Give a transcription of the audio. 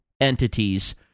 entities